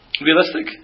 Realistic